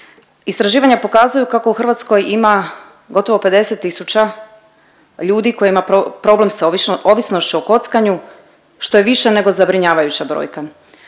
Istraživanja pokazuju kako u Hrvatskoj ima gotovo 50 tisuća ljudi koji ima problem sa ovisnošću o kockanju što je više nego zabrinjavajuća brojka.